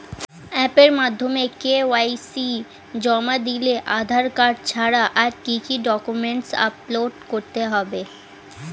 অ্যাপের মাধ্যমে কে.ওয়াই.সি জমা দিলে আধার কার্ড ছাড়া আর কি কি ডকুমেন্টস আপলোড করতে হবে?